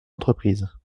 entreprises